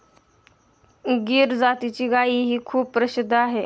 गीर जातीची गायही खूप प्रसिद्ध आहे